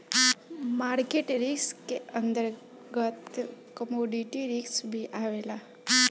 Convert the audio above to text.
market risk के अंतर्गत commodity risk भी आवेला